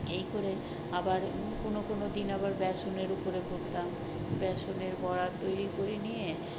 এই করে আবার কোনো কোনো দিন আবার বেসনের উপরে করতাম বেসনের বড়া তৈরি করে নিয়ে